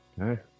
Okay